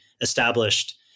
established